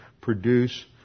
produce